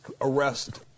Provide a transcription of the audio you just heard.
arrest